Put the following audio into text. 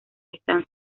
están